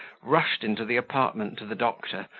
rushed into the apartment to the doctor,